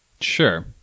Sure